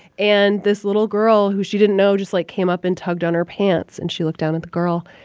and this little girl who she didn't know just, like, came up and tugged on her pants. and she looked down at the girl.